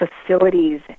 facilities